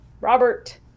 Robert